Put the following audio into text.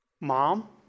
Mom